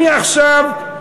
אני עכשיו,